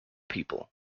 people